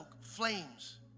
flames